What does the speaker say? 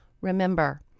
Remember